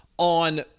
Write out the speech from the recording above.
On